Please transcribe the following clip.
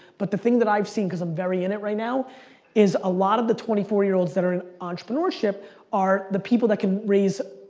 but the thing that i've seen because i'm very in it right now is a lot of the twenty four year olds that are in entrepreneurship are the people that can raise,